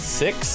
six